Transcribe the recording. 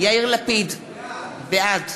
יאיר לפיד, בעד